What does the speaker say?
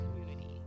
community